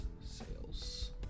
Sales